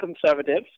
conservatives